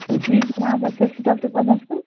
جی جِناب أسۍ حظ چھِ ڈاکٹر تَبسُم